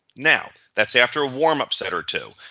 now that's after warm up set or two.